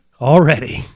Already